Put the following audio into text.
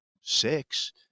six